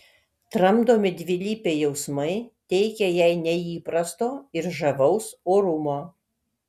tramdomi dvilypiai jausmai teikia jai neįprasto ir žavaus orumo